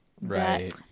right